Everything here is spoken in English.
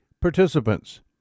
participants